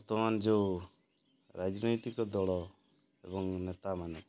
ବର୍ତ୍ତମାନ ଯୋଉ ରାଜନୈତିକ ଦଳ ଏବଂ ନେତାମାନେ